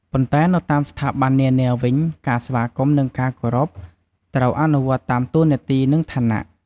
ប៉ុន្តែនៅតាមស្ថាប័ននានាវិញ ការស្វាគមន៍ និងការគោររព ត្រូវអនុវត្តតាមតួនាទីនិងឋានៈ។